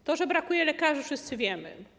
O tym, że brakuje lekarzy, wszyscy wiemy.